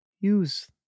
use